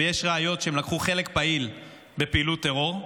ויש ראיות שהם לקחו חלק פעיל בפעילות טרור.